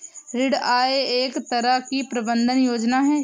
ऋण आहार एक तरह की प्रबन्धन योजना है